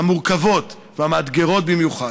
המורכבות והמאתגרות במיוחד.